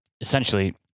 essentially